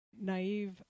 naive